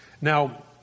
Now